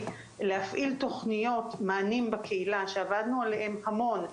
להפעיל תוכניות מענים בקהילה שעבדנו עליהם המון,